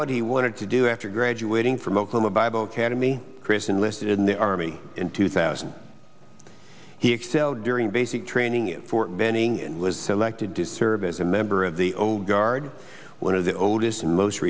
what he wanted to do after graduating from oklahoma bible cademy chris enlisted in the army in two thousand he excelled during basic training at fort benning and was selected to serve as a member of the old guard one of the oldest and most